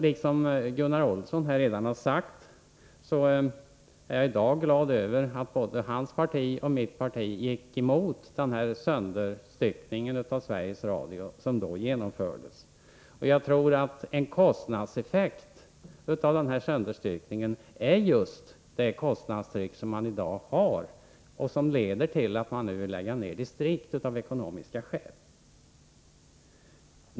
Liksom Gunnar Olsson är jag i dag glad över att både Gunnar Olssons parti och mitt parti gick emot sönderstyckningen av Sveriges Radio då den en gång genomfördes. En effekt av den sönderstyckningen är just det kostnadstryck som man i dag har och som har lett till att man nu av ekonomiska skäl vill lägga ned produktionen i distrikten.